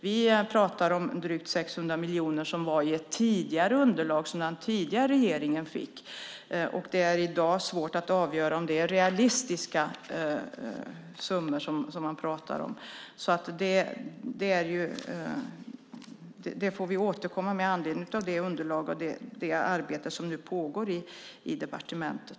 Vi pratar om drygt 600 miljoner kronor i ett tidigare underlag som den tidigare regeringen fick. I dag är det svårt att avgöra om det är realistiska summor man pratar om. Det där får vi återkomma till med anledning av det underlag som finns och det arbete som nu pågår i departementet.